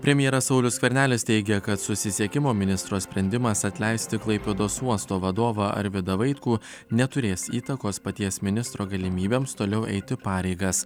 premjeras saulius skvernelis teigia kad susisiekimo ministro sprendimas atleisti klaipėdos uosto vadovą arvydą vaitkų neturės įtakos paties ministro galimybėms toliau eiti pareigas